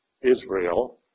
Israel